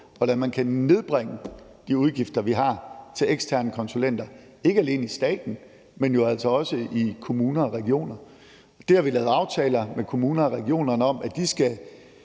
hvordan man kan nedbringe de udgifter, vi har til eksterne konsulenter, ikke alene i staten, men jo altså også i kommuner og regioner. Vi har lavet aftaler med kommunerne og regionerne om, at de skal